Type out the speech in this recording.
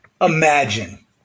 Imagine